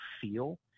feel